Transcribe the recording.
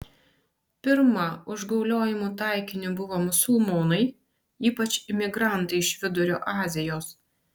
pirma užgauliojimų taikiniu buvo musulmonai ypač imigrantai iš vidurio azijos